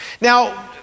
Now